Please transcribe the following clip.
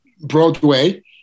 Broadway